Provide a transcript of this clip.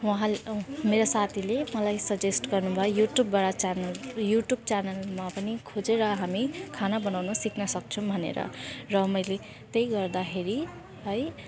उहाँले मेरो साथीले मलाई सजेस्ट गर्नुभयो युट्युबबाट च्यानल युट्युब च्यानलमा पनि खोजेर हामी खाना बनाउन सिक्नसक्छौँ भनेर र मैले त्यही गर्दाखेरि है